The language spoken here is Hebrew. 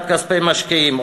הפקרת כספי משקיעים,